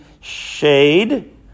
shade